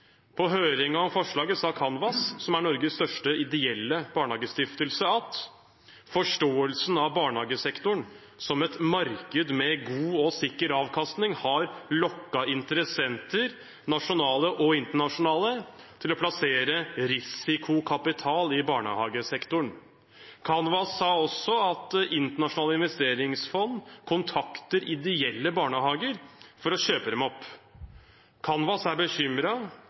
På høringen om forslaget sa Kanvas, som er Norges største ideelle barnehagestiftelse, at forståelsen av barnehagesektoren som et marked med god og sikker avkastning har lokket interessenter – nasjonale og internasjonale – til å plassere risikokapital i barnehagesektoren. Kanvas sa også at internasjonale investeringsfond kontakter ideelle barnehager for å kjøpe dem opp.